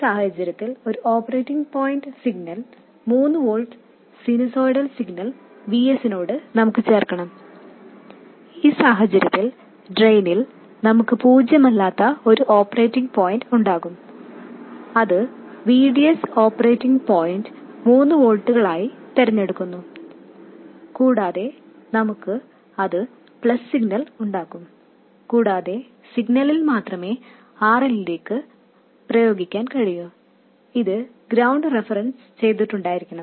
ഈ സാഹചര്യത്തിൽ നമുക്ക് ഒരു operating point signal 3 volts sinusoidal signal Vs നോട് ചേർക്കണം ഈ സാഹചര്യത്തിൽ ഡ്രെയിനിൽ നമുക്ക് പൂജ്യമല്ലാത്ത ഒരു ഓപ്പറേറ്റിംഗ് പോയിന്റ് ഉണ്ടാകും അത് VDS ഓപ്പറേറ്റിംഗ് പോയിന്റ് മൂന്ന് വോൾട്ടുകളായി തിരഞ്ഞെടുക്കുന്നു കൂടാതെ നമുക്ക് അത് പ്ലസ് സിഗ്നൽ ഉണ്ടാകും കൂടാതെ സിഗ്നൽ മാത്രമേ RL ലേക്ക് പ്രയോഗിക്കാൻ കഴിയൂ ഇത് ഗ്രൌണ്ട് റെഫെറെൻസ് ചെയ്തിട്ടുണ്ടായിരിക്കണം